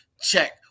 check